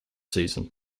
season